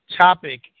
topic